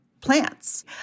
plants